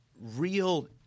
real